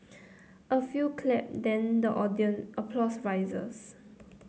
a few clap then the applause rises